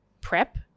prep